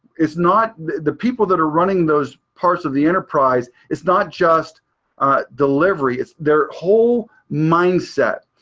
it's not the people that are running those parts of the enterprise, it's not just delivery. it's their whole mindset.